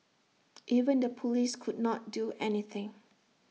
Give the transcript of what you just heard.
even the Police could not do anything